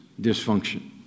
dysfunction